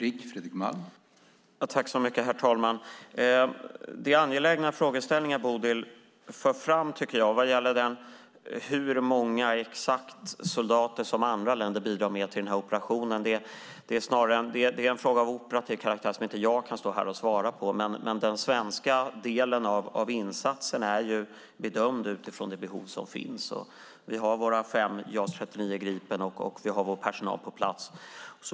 Herr talman! Det är angelägna frågeställningar Bodil för fram. Exakt hur många soldater andra länder bidrar med till denna insats är en fråga av operativ karaktär som jag inte kan svara på. Den svenska delen av insatsen är bedömd utifrån det behov som finns. Vi har våra fem JAS 39 Gripen och vår personal på plats.